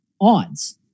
odds